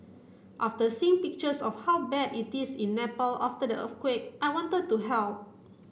after seeing pictures of how bad it is in Nepal after the earthquake I wanted to help